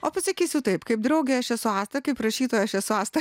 o pasakysiu taip kaip draugė aš esu asta kaip rašytoja aš esu asta